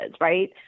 right